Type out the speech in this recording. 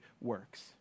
works